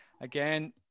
again